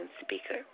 speaker